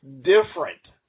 Different